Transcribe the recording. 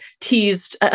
teased